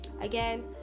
again